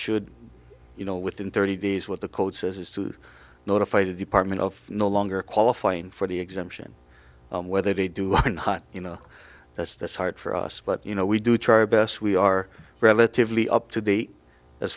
should you know within thirty days what the code says is to notify the department of no longer qualifying for the exemption whether they do or not you know that's that's hard for us but you know we do try best we are relatively up to date as